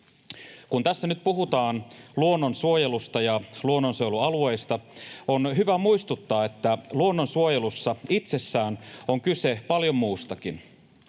Kun tässä nyt puhutaan luonnonsuojelusta ja luonnonsuojelualueista, on hyvä muistuttaa, että luonnonsuojelussa itsessään on kyse paljon muustakin.